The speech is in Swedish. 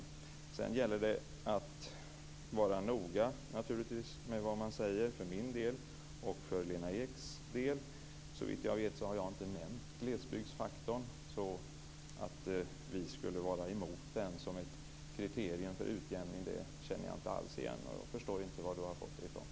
Naturligtvis gäller det att vara noga med vad man säger. Det gäller både för min del och för Lena Eks del. Såvitt jag vet har jag inte nämnt glesbygdsfaktorn. Att vi skulle vara mot den som ett kriterium för utjämning är något som jag inte alls känner igen. Jag förstår inte varifrån du har fått det.